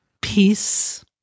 peace